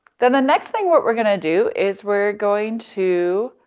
then the next thing we're gonna do is we're going to,